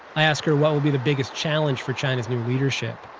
i ask her what will be the biggest challenge for china's new leadership